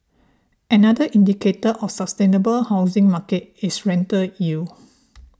another indicator of a sustainable housing market is rental yield